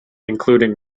including